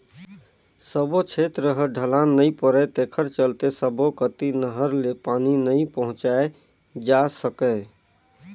सब्बो छेत्र ह ढलान नइ परय तेखर चलते सब्बो कति नहर ले पानी नइ पहुंचाए जा सकय